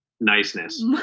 niceness